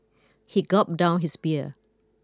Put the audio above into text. he gulped down his beer